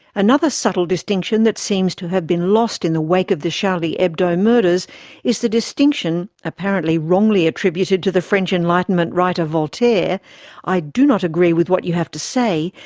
another subtle distinction that seems to have been lost in the wake of the charlie hebdo murders is the distinction, apparently wrongly attributed to the french enlightenment writer voltaire i do not agree with what you have to say,